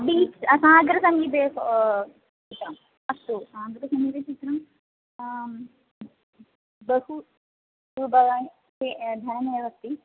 beach सागरसमीपे चित्रम् अस्तु सागरसमीपेचित्रं बहु वा धनमेव अस्ति